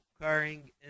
occurring